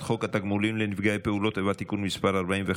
חוק התגמולים לנפגעי פעולות איבה (תיקון מס' 41,